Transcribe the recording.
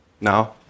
Now